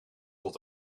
tot